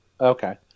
okay